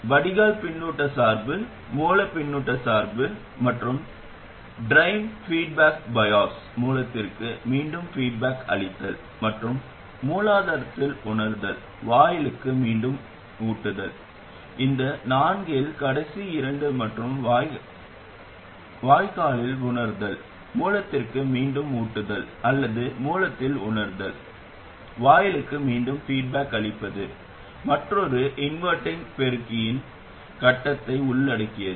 வடிகால் பின்னூட்ட சார்பு மூல பின்னூட்ட சார்பு மற்றும் ட்ரைன் பீட்பாக் பயாஸ் மூலத்திற்கு மீண்டும் பீட்பாக் அளித்தல் மற்றும் மூலாதாரத்தில் உணர்தல் வாயிலுக்கு மீண்டும் ஊட்டுதல் இந்த நான்கில் கடைசி இரண்டு மற்றும் வாய்க்காலில் உணர்தல் மூலத்திற்கு மீண்டும் ஊட்டுதல் அல்லது மூலத்தில் உணர்தல் வாயிலுக்கு மீண்டும் பீட்பாக் அளிப்பது மற்றொரு இன்வெர்ட்டிங் பெருக்கியின் கட்டத்தை உள்ளடக்கியது